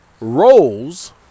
roles